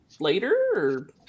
later